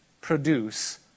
Produce